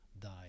die